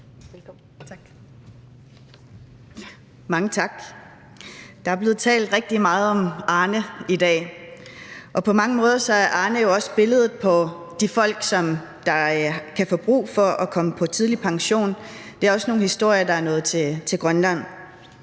Mange tak. Der er blevet talt rigtig meget om Arne i dag, og på mange måder er Arne jo også billedet på de folk, som kan få brug for at komme på tidlig pension. Det er også nogle historier, der er nået til Grønland.